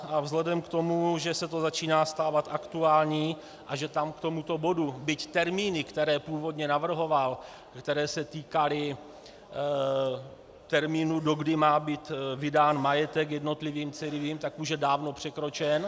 A vzhledem k tomu, že se to začíná stávat aktuální a že tam k tomuto bodu byť termíny, které původně navrhoval, které se týkaly termínu, dokdy má být vydán majetek jednotlivým církvím, tak už je dávno překročen.